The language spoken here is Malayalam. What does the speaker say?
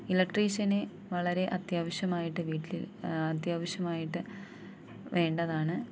ഇലക്ട്രീഷനെ വളരെ അത്യാവശ്യമായിട്ട് വീട്ടിൽ അത്യാവശ്യമായിട്ട് വേണ്ടതാണ്